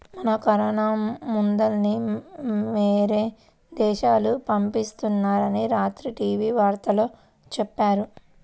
మన కరోనా మందుల్ని యేరే దేశాలకు పంపిత్తున్నారని రాత్రి టీవీ వార్తల్లో చెప్పారు